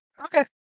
Okay